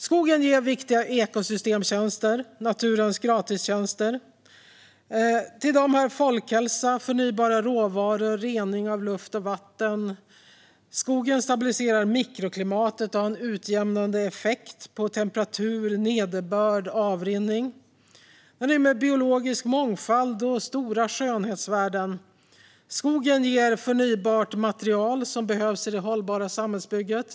Skogen ger viktiga ekosystemtjänster - naturens gratistjänster. Till dem hör folkhälsa, förnybara råvaror och rening av luft och vatten. Skogen stabiliserar mikroklimatet och har en utjämnande effekt på temperatur, nederbörd och avrinning. Den rymmer biologisk mångfald och stora skönhetsvärden. Skogen ger förnybart material som behövs i det hållbara samhällsbygget.